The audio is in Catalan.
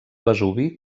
vesuvi